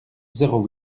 zéro